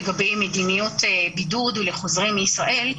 לגבי מדיניות בידוד לחוזרים לישראל,